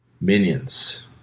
Minions